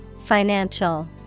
Financial